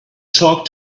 talk